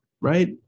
right